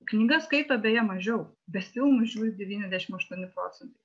knygas skaito beje mažiau bet filmus žiūri devyniasdešim aštuoni procentai